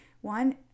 one